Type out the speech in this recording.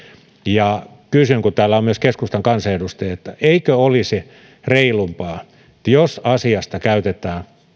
ja kysyn kun täällä on myös keskustan kansanedustajia eikö olisi reilumpaa jos asiasta käytetään